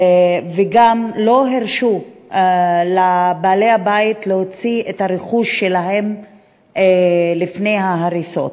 וגם לא הרשו לבעלי הבית להוציא את הרכוש שלהם לפני ההריסות.